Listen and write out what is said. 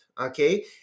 okay